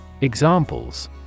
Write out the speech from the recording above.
Examples